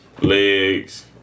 legs